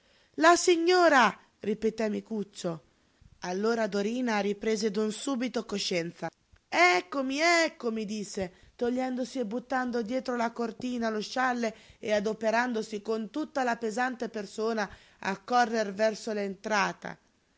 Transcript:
la signora ripeté micuccio allora dorina riprese d'un subito coscienza eccomi eccomi disse togliendosi e buttando dietro la cortina lo scialle e adoperandosi con tutta la pesante persona a correr verso